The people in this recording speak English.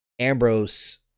Ambrose